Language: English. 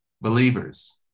believers